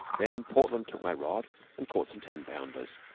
then portland took my rod and caught some ten-pounders,